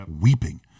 weeping